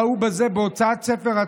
ראו בספר התורה